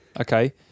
Okay